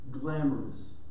glamorous